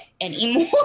anymore